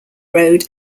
road